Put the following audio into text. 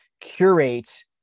curate